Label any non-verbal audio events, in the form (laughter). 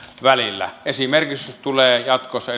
välillä esimerkiksi jos tulee jatkossa (unintelligible)